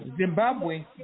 Zimbabwe